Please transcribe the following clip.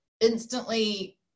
instantly